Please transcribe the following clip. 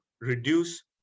reduce